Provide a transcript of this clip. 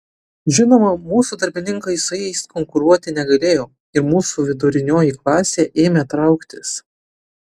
žinoma mūsų darbininkai su jais konkuruoti negalėjo ir mūsų vidurinioji klasė ėmė trauktis